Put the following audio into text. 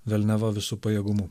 velniava visu pajėgumu